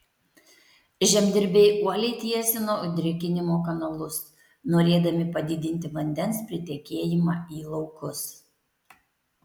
žemdirbiai uoliai tiesino drėkinimo kanalus norėdami padidinti vandens pritekėjimą į laukus